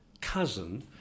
cousin